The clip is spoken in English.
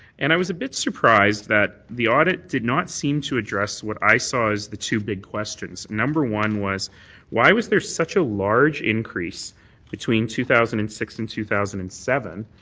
and i was a bit surprised that the audit did not seem to address what i saw as the two big questions number one was why was there such a large increase between two thousand and six and two thousand and seven?